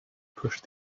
pushed